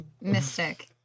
Mystic